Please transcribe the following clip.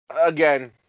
again